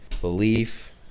belief